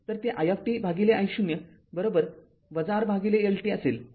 तर ते i t I0 R L t असेल